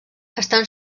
estan